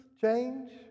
change